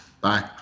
Bye